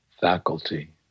faculty